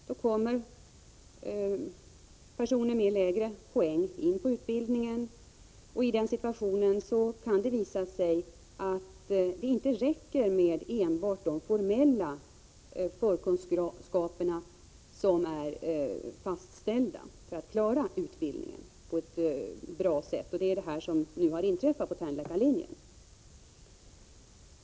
Då kommer personer med lägre poäng in på utbildningen, och i den situationen kan det visa sig att det inte räcker med enbart de formella förkunskaper som är fastställda för att man skall klara utbildningen på ett bra sätt. Det är vad som nu har inträffat på tandläkarlinjen.